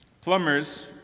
Plumbers